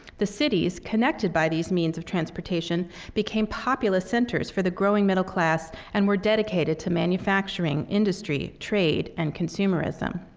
the cities connected by these means of transportation became populous centers for the growing middle class and were dedicated to manufacturing industry, trade, and consumerism.